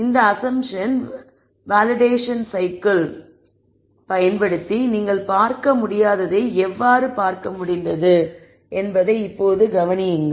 இந்த assumption validation cycle அனுமான சரிபார்ப்பு சுழற்சியைப் பயன்படுத்தி நீங்கள் பார்க்க முடியாததை எவ்வாறு பார்க்க முடிந்தது என்பதை இப்போது கவனியுங்கள்